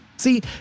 See